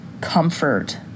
comfort